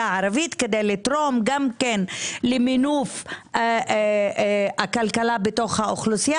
הערבית כדי לתרום גם למינוף הכלכלה בתוך האוכלוסייה